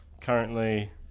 currently